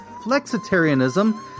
flexitarianism